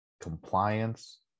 compliance